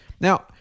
Now